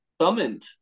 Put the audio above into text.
summoned